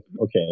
okay